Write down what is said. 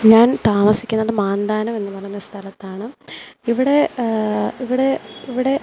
ഞാൻ താമസിക്കുന്നത് മാന്താനം എന്നു പറയുന്ന സ്ഥലത്താണ് ഇവിടെ ഇവിടെ ഇവിടെ